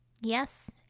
Yes